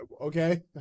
Okay